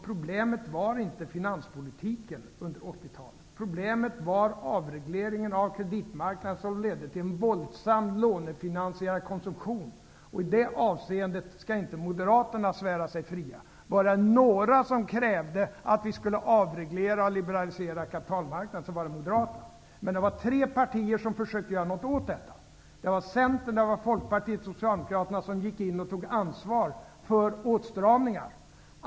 Problemet var inte finanspolitiken under 1980 talet. Problemet var avregleringen av kreditmarknaden, vilken ledde till en våldsam lånefinansierad konsumtion. I det avseendet skall Moderaterna inte svära sig fria. Om det var några som krävde avreglering och liberalisering av kapitalmarknaden, så var det Moderaterna. Men det var tre partier som försökte göra något åt detta. Det var Centern, Folkpartiet och Socialdemokraterna, som gick in och tog ansvar för åtstramningar.